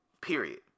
period